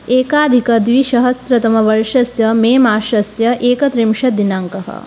एकाधिकद्विसहस्रतमवर्षस्य मेमासस्य एकत्रिंशत् दिनाङ्कः